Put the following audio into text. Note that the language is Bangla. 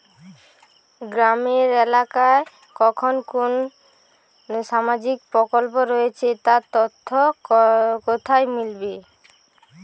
গ্রামের এলাকায় কখন কোন সামাজিক প্রকল্প রয়েছে তার তথ্য কোথায় মিলবে?